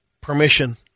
permission